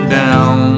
down